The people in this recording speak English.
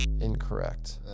incorrect